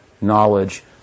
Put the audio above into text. knowledge